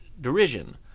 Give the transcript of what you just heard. derision